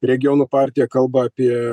regionų partija kalba apie